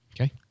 Okay